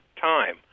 time